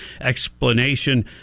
explanation